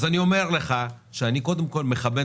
אז אני אומר לך שאני קודם כל מכבד